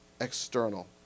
External